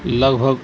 لگ بھگ